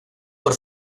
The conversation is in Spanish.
por